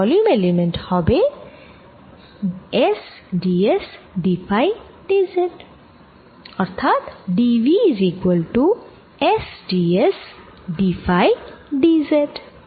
তাই volume element d v হবে S d s d phi d z